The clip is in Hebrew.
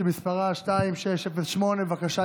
שמספרה 2608. בבקשה,